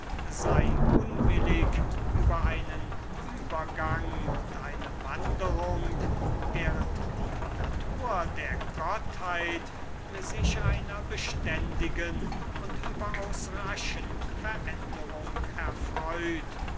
sei unwillig über einen uebergang und eine wanderung während die natur der gottheit sich einer beständigen und überaus raschen veränderung erfreut